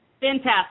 Fantastic